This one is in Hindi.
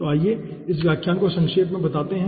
तो आइए इस व्याख्यान को संक्षेप में बताते हैं